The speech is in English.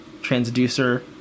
transducer